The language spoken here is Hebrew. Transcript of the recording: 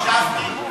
הקשבתי.